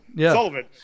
Sullivan